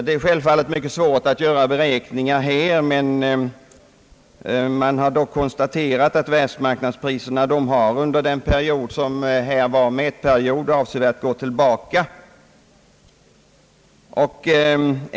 Det är självfallet mycket svårt att göra beräkningar i detta sammanhang, men man har i alla fall konstaterat att världsmarknadspriserna gått avsevärt tillbaka under mätperioden.